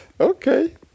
okay